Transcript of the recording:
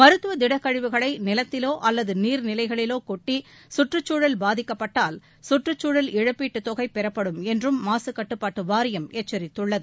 மருத்துவ திடக்கழிவுகளை நிலத்திவோ அல்லது நீர்நிலைகளிவோ கொட்டி கற்றுச்சூழல் பாதிக்கப்பட்டால் சுற்றுச்சூழல் இழப்பீட்டு தொகை பெறப்படும் என்றும் மாசு கட்டுப்பாட்டு வாரியம் எச்சரித்குள்ளது